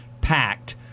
packed